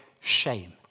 shame